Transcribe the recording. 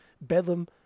Bedlam